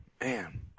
Man